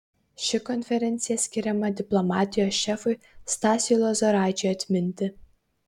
ši konferencija skiriama diplomatijos šefui stasiui lozoraičiui atminti